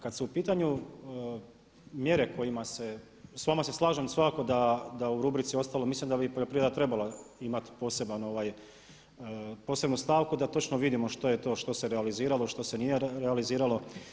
Kada su u pitanju mjere kojima se, s vama se slažem svakako da u rubrici ostalo, mislim da bi poljoprivreda trebala imati posebnu stavku da točno vidimo što je to, što se realiziralo, što se nije realiziralo.